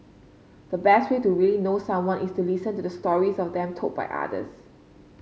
the best way to really know someone is to listen to the stories of them told by others